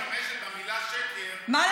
שאת משתמשת במילה "שקר", את צריכה